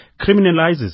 criminalizes